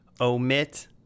Omit